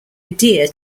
adhere